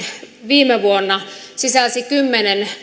viime vuonna sisälsi kymmenen